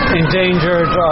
endangered